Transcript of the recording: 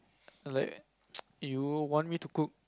like you want me to cook